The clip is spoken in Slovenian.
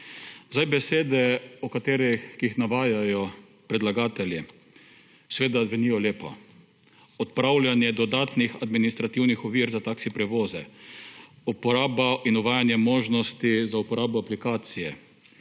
Besede o katerih, ki jih navajajo predlagatelji, seveda zvenijo lepo, odpravljanje dodatnih administrativnih ovir za taksi prevoze, uporaba in uvajanje možnosti za uporabo aplikacije,